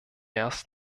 erst